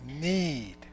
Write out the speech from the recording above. need